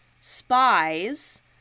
spies